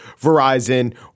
Verizon